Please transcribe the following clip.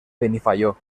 benifaió